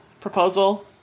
proposal